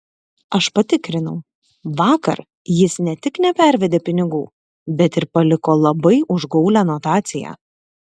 aš patikrinau vakar jis ne tik nepervedė pinigų bet ir paliko labai užgaulią notaciją